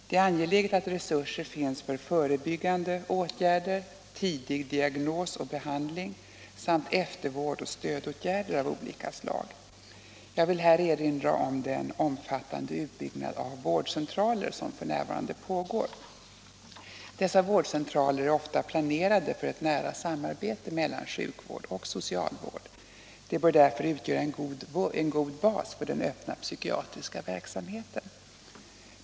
Det är angeläget att resurser finns för förebyggande åtgärder, tidig diagnos och behandling samt eftervård och stödåtgärder av olika slag. Jag vill här erinra om den omfattande utbyggnad av vårdcentraler som f. n. pågår. Dessa vårdcentraler är ofta planerade för ett nära samarbete mellan sjukvård och socialvård. De bör därför utgöra en god bas för den öppna psykiatriska verksamheten.